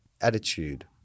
attitude